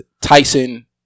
Tyson